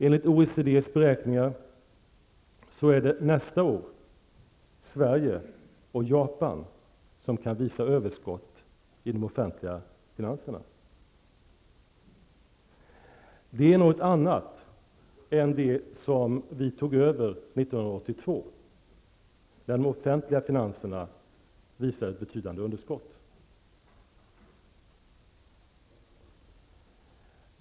Enligt OECDs beräkningar är det Sverige och Japan som nästa år kan visa på överskott i de offentliga finanserna. Det är något annat än det som vi tog över 1982, då de offentliga finanserna visade på ett betydande underskott.